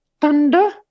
thunder